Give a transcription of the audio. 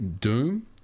Doom